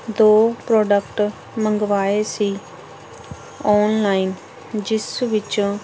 ਦੋ ਪ੍ਰੋਡਕਟ ਮੰਗਵਾਏ ਸੀ ਔਨਲਾਇਨ ਜਿਸ ਵਿੱਚੋਂ